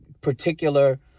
particular